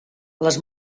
les